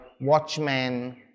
watchmen